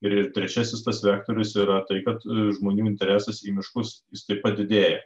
ir ir trečiasis tas vektorius yra tai kad žmonių interesas į miškus jis taip pat didėja